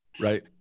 Right